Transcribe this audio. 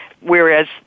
Whereas